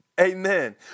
Amen